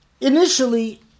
Initially